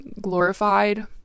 glorified